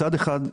מצד אחד,